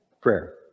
prayer